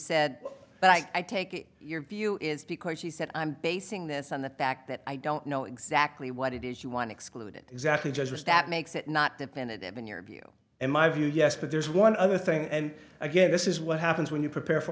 that i take it your view is because she said i'm basing this on the fact that i don't know exactly what it is you want excluded exactly just that makes it not dependent on your view and my view yes but there's one other thing and again this is what happens when you prepare for